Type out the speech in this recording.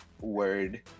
word